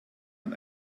man